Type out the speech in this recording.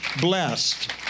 blessed